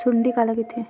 सुंडी काला कइथे?